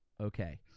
Okay